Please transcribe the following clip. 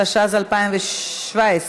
התשע"ז 2017,